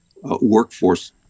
workforce